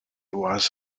was